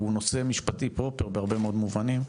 נושא משפטי פרופר בהרבה מאוד מובנים.